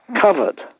covered